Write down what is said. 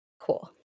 Cool